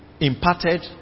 imparted